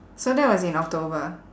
so that was in october